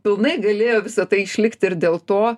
pilnai galėjo visa tai išlikti ir dėl to